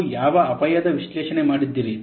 ನೀವು ಯಾವ ಅಪಾಯದ ವಿಶ್ಲೇಷಣೆ ಮಾಡಿದ್ದೀರಿ